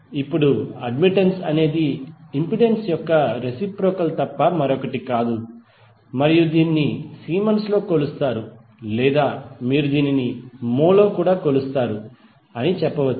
ఇప్పుడు అడ్మిటెన్స్ అనేది ఇంపెడెన్స్ యొక్క రెసిప్రొకల్ తప్ప మరొకటి కాదు మరియు దీనిని సిమెన్స్ లో కొలుస్తారు లేదా మీరు దీనిని mho లో కూడా కొలుస్తారు అని చెప్పవచ్చు